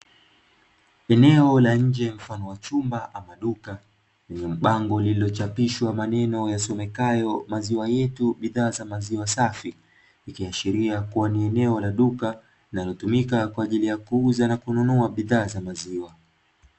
Eneo la nje mfano wa chumba ama duka lenye bango lililochapishwa maneno yasomekayo maziwa yetu bidhaa za maziwa safi; ikiashiria kuwa ni eneo la duka linalotumika kwa ajili ya kuuza na kununua bidhaa za maziwa.